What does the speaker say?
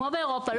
כמו באירופה,